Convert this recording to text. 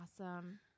awesome